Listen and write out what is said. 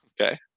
Okay